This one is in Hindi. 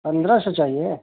पन्द्रह सौ चाहिए